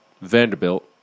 Vanderbilt